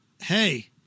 hey